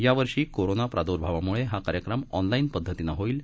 यावर्षी कोरोना प्रादुर्भावामुळे हा कार्यक्रम ऑनलाईन पद्धतीनं होईल